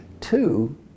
Two